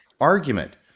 argument